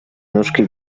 nóżki